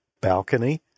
balcony